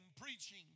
preaching